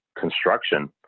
construction